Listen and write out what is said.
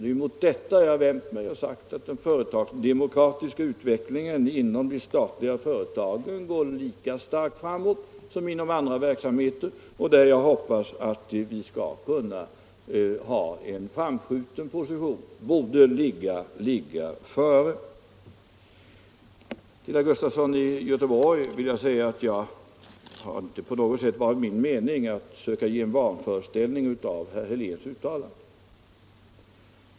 Det är mot detta jag har vänt mig och sagt, att den företagsdemokratiska utvecklingen inom de statliga företagen går lika starkt framåt som inom andra verksamheter. Jag hoppas att vi skall kunna ha en framskjuten position på det området; vi borde ligga före. Det har inte på något sätt, herr Sven Gustafson i Göteborg, varit min mening att söka inge någon vanföreställning om herr Heléns uttalande.